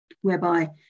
whereby